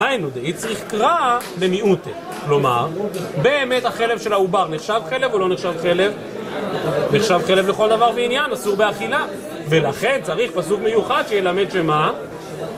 היינו דאיצטריך קרא במיעוטא, כלומר באמת החלב של העובר נחשב חלב או לא נחשב חלב? נחשב חלב לכל דבר ועניין, אסור באכילה, ולכן צריך פסוק מיוחד שילמד שמה?